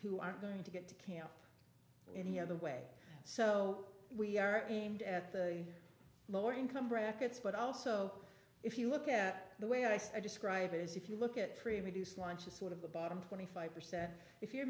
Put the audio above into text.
who aren't going to get to camp any other way so we are aimed at the lower income brackets but also if you look at the way i say i describe it as if you look at free reduced lunches sort of the bottom twenty five percent if you're